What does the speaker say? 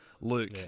Luke